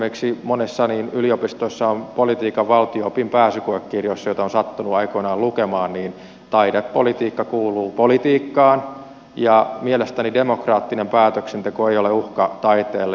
esimerkiksi monen yliopiston politiikan ja valtio opin pääsykoekirjoissa joita olen sattunut aikoinaan lukemaan taidepolitiikka kuuluu politiikkaan ja mielestäni demokraattinen päätöksenteko ei ole uhka taiteelle